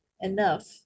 enough